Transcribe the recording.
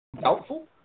doubtful